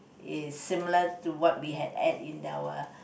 is similar to what we have ate in our